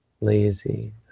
lazy